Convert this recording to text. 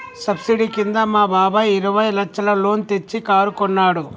subsidy కింద మా బాబాయ్ ఇరవై లచ్చల లోన్ తెచ్చి కారు కొన్నాడు